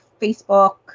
Facebook